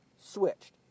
switched